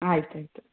ಆಯಿತು